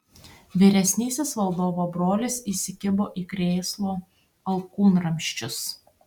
vyresnysis valdovo brolis įsikibo į krėslo alkūnramsčius